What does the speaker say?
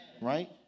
Right